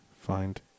find